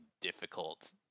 difficult